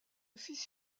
fils